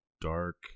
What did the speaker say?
dark